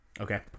Okay